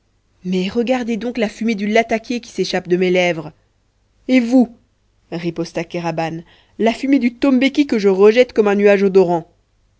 mais regardez donc la fumée du latakié qui s'échappe de mes lèvres et vous riposta kéraban la fumée du tombéki que je rejette comme un nuage odorant